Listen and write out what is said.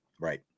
Right